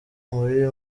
muri